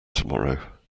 tomorrow